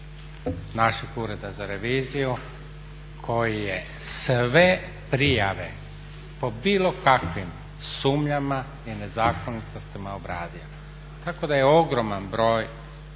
našeg ureda za reviziju koji je sve prijave po bilo kakvim sumnjama i nezakonitostima obradio tako da je ogroman broj